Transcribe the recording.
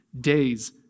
days